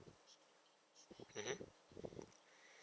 mmhmm